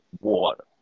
water